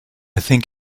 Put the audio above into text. think